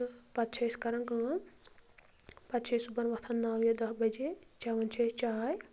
تہٕ پَتہٕ چھِ أسۍ کَران کٲم پَتہٕ چھِ أسۍ صبحن ووٚتھان نَو یا دَہ بَجے چٮ۪وان چھِ أسۍ چاے